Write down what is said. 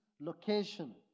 location